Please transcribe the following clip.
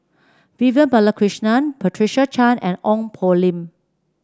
Vivian Balakrishnan Patricia Chan and Ong Poh Lim